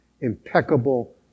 Impeccable